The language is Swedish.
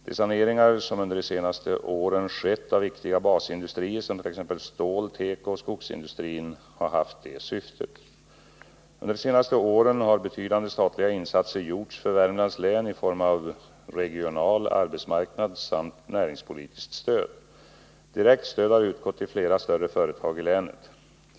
De saneringar som under de senaste åren skett av viktiga basindustrier, t.ex. stål-, tekooch skogsindustrin, har haft det syftet. Under de senaste åren har betydande statliga insatser gjorts för Värmlands län i form av regional-, arbetsmarknadssamt näringspolitiskt stöd. Direkt stöd har utgått till flera större företag i länet.